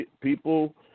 people